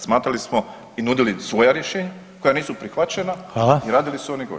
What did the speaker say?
Smatrali smo i nudili svoja rješenja koja nisu prihvaćena [[Upadica: Hvala.]] i radili su oni gore.